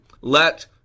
Let